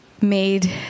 made